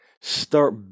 start